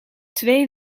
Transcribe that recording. twee